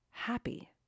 happy